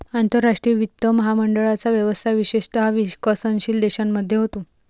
आंतरराष्ट्रीय वित्त महामंडळाचा व्यवसाय विशेषतः विकसनशील देशांमध्ये होतो